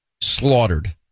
slaughtered